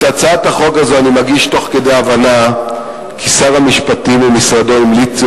את הצעת החוק הזאת אני מגיש בהבנה כי שר המשפטים ומשרדו המליצו